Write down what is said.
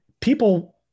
people